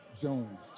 Jones